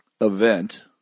event